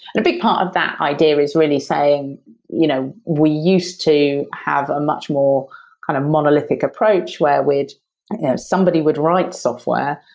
and a big part of that idea is really saying you know we used to have a much more kind of monolithic approach, where somebody would write software,